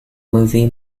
movie